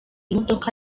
imodoka